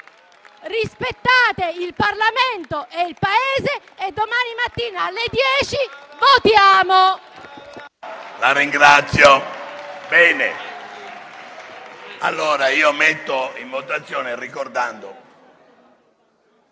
rispettate il Parlamento e il Paese e domani mattina alle ore 10 votiamo.